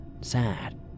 sad